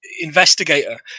Investigator